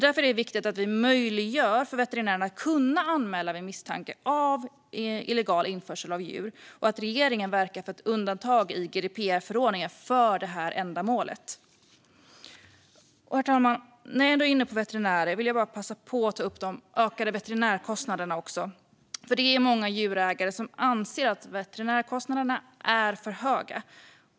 Därför är det viktigt att vi möjliggör för veterinärer att anmäla vid misstanke om illegal införsel av djur och att regeringen verkar för ett undantag i GDPR-förordningen för detta ändamål. Herr talman! När jag ändå är inne på veterinärer vill jag passa på att också ta upp de ökade veterinärkostnaderna. Många djurägare anser att veterinärkostnaderna är för höga.